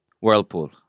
whirlpool